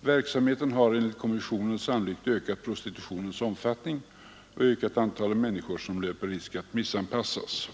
Verksamheten har enligt kommissionen sannolikt ökat prostitutionens omfattning och ökat antalet människor som löper risk att missanpassas.